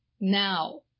now